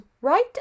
right